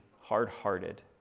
hard-hearted